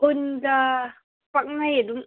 ꯎꯟꯒ ꯄꯛꯅꯩ ꯑꯗꯨꯝ